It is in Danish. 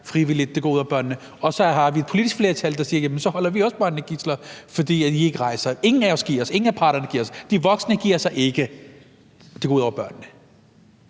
frivilligt, hvilket går ud over børnene. Og så har vi et politisk flertal, der siger: Jamen så holder vi også børnene som gidsler, fordi I ikke rejser. Ingen af os giver os. Ingen af parterne giver sig. De voksne giver sig ikke, og det går ud over børnene.